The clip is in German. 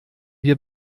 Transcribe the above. wir